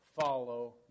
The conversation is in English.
Follow